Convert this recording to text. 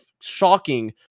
shocking